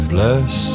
Bless